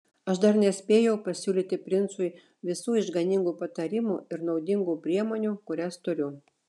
aš dar nespėjau pasiūlyti princui visų išganingų patarimų ir naudingų priemonių kurias turiu